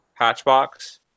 Hatchbox